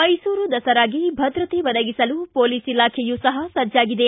ಮೈಸೂರು ದಸರಾಗೆ ಭದ್ರತೆ ಒದಗಿಸಲು ಪೊಲೀಸ್ ಇಲಾಖೆಯೂ ಸಹ ಸಜ್ಜಾಗಿದೆ